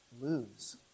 lose